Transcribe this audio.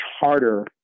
harder